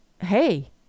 hey